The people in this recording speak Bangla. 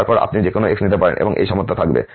তারপর আপনি যেকোনো x নিতে পারেন এবং এই সমতা ধরে থাকবে